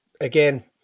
again